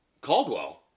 Caldwell